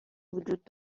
وجود